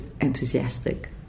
enthusiastic